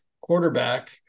quarterback